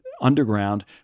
underground